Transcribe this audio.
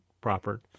proper